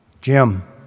Jim